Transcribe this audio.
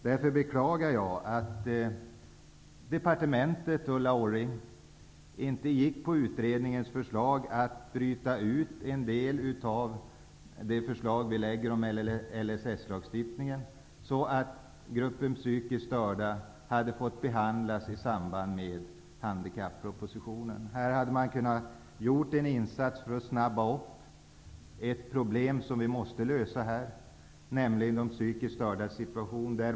Därför beklagar jag att departementet och Ulla Orring inte anslöt sig till utredningens förslag om att bryta ut en del av det vi föreslår om LSS lagstiftningen, så att frågan om gruppen psykiskt störda hade kunnat behandlas i samband med handikappropositionen. Här hade man kunnat göra en insats för att påskynda lösningen av ett problem som vi måste klara, nämligen frågan om de psykiskt stördas situation.